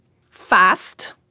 fast